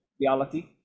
reality